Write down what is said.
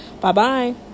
Bye-bye